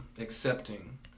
accepting